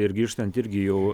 ir grįžtant irgi jau